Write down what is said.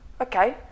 okay